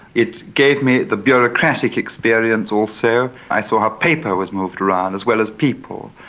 it gave me the bureaucratic experience also. i saw how paper was moved around as well as people,